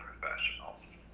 professionals